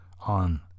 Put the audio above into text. on